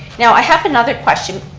now i have another question,